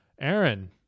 aaron